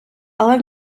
але